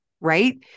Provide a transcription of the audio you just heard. right